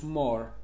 more